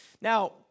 Now